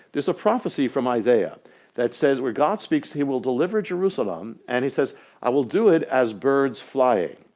there's a prophecy from isaiah that says where god speaks he will deliver jerusalem and he says i will do it as birds flying.